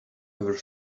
ever